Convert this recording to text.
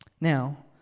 Now